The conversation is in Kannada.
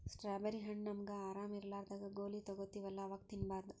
ಸ್ಟ್ರಾಬೆರ್ರಿ ಹಣ್ಣ್ ನಮ್ಗ್ ಆರಾಮ್ ಇರ್ಲಾರ್ದಾಗ್ ಗೋಲಿ ತಗೋತಿವಲ್ಲಾ ಅವಾಗ್ ತಿನ್ಬಾರ್ದು